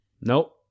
nope